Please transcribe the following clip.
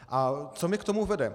A co mě k tomu vede?